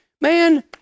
Man